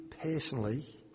personally